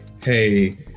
hey